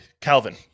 Calvin